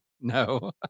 No